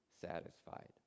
satisfied